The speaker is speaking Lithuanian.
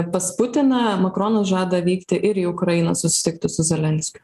pas putiną makronas žada vykti ir į ukrainą susitikti su zelenskiu